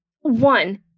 One